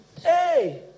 Hey